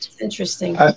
interesting